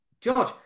George